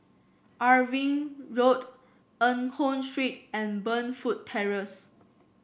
Irving Road Eng Hoon Street and Burnfoot Terrace